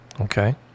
Okay